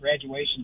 graduation